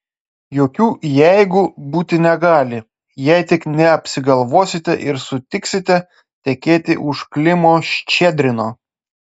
jokių jeigu būti negali jei tik neapsigalvosite ir sutiksite tekėti už klimo ščedrino